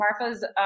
Marfa's